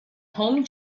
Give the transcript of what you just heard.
home